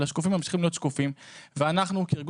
אבל השקופים ממשיכים להיות שקופים ואנחנו כארגון